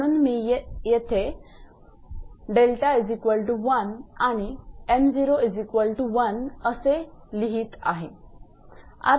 म्हणून मी इथे 𝛿1 आणि 𝑚01 असे लिहीत आहे